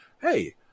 hey